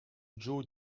joe